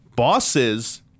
Bosses